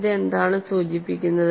ഇത് എന്താണ് സൂചിപ്പിക്കുന്നത്